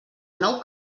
nou